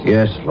Yes